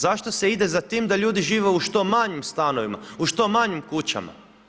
Zašto se ide za tim da ljudi žive u što manjim stanovima, u što manjim kućama?